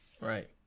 Right